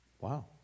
Wow